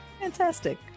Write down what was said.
Fantastic